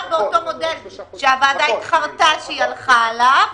באותו מודל שהוועדה התחרטה שהיא הלכה עליו,